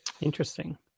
Interesting